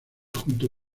junto